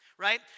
Right